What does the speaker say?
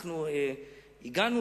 הגענו,